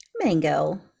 Mango